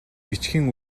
бичгийн